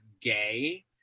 gay